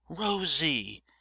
Rosie